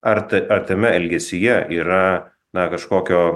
ar ar tame elgesyje yra na kažkokio